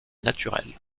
naturels